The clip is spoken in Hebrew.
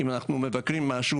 אם אנחנו מבקרים משהו,